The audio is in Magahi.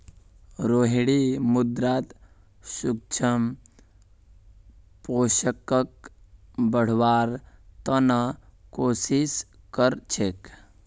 रोहिणी मृदात सूक्ष्म पोषकक बढ़व्वार त न कोशिश क र छेक